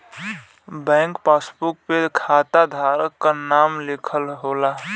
bank passbook पे खाता धारक क नाम लिखल होला